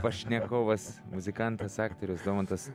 pašnekovas muzikantas aktorius domantas